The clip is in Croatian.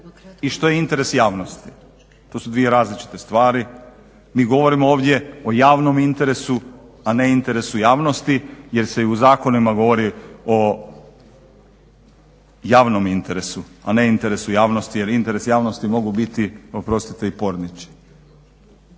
i što je interes javnosti, to su dvije različite stvari, mi govorimo ovdje o javnom interesu, a ne interesu javnosti jer se i u zakonima govori o javnom interesu a ne interesu javnosti jer interes javnosti mogu biti oprostite i pornići.